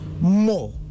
more